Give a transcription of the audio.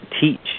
teach